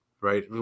right